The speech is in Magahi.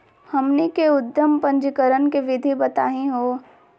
हमनी के उद्यम पंजीकरण के विधि बताही हो?